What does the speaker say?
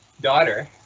daughter